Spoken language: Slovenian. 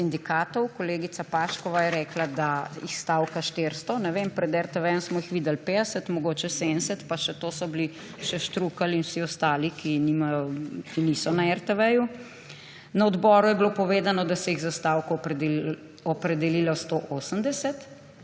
sindikatov. Kolegica Paškova je rekla, da jih stavka 400, ne vem, pred RTV smo jih videli 50, mogoče 70, pa še to so bili še Štrukelj in vsi ostali, ki niso na RTV. Na odboru je bilo povedano, da se jih je za stavko opredelilo 180,